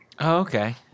Okay